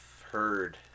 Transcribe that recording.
heard